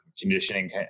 conditioning